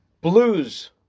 blues